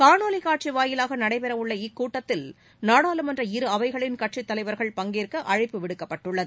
காணொளி காட்சி வாயிலாக நடைபெறவுள்ள இக்கூட்டத்தில் நாடாளுமன்ற இரு அவைகளின் கட்சி தலைவர்கள் பங்கேற்க அழைப்பு விடுக்கப்பட்டுள்ளது